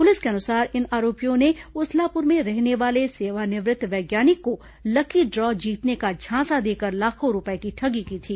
police के अनुसार इन आरोपियों ने उसलापुर में रहने वाले सेवानिवृत्त वैज्ञानिक को लकी ड्रॉ जीतने का झांसा देकर लाखों रूपये की ठगी की थी